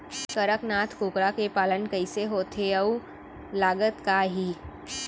कड़कनाथ कुकरा के पालन कइसे होथे अऊ लागत का आही?